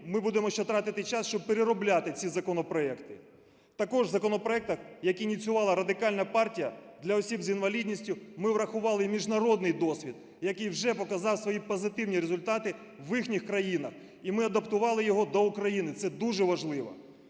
ми будемо ще тратити час, щоб переробляти ці законопроекти. Також у законопроектах, які ініціювала Радикальна партія для осіб з інвалідністю, ми врахували міжнародний досвід, який вже показав свої позитивні результати в їхніх країнах. І ми адаптували його до України. Це дуже важливо.